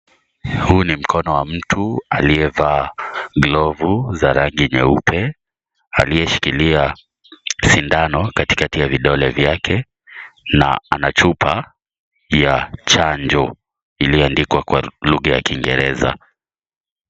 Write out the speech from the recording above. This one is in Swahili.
Huu ni mkono wa mtu aliyevaa glovu za rangi nyeupe aliyeshikilia sindano katikati ya vidole vyake na ana chupa ya chanjo iliandikwa kwa lugha ya kiingereza.